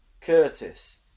Curtis